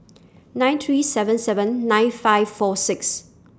nine three seven seven nine five four six